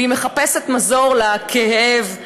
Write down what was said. והיא מחפשת מזור לכאב,